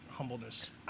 humbleness